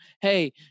Hey